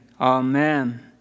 Amen